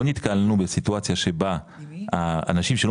לא נתקלנו בסיטואציה שבה אנשים שלא